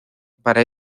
para